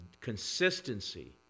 consistency